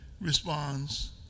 responds